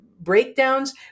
breakdowns